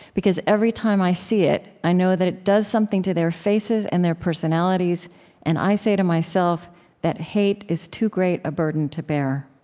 because every time i see it, i know that it does something to their faces and their personalities and i say to myself that hate is too great a burden to bear.